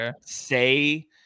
say